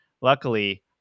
Luckily